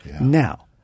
Now